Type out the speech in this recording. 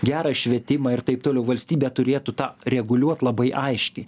gerą švietimą ir taip toliau valstybė turėtų tą reguliuot labai aiški